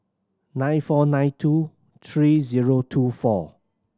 nine four nine two three zero two four